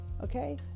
Okay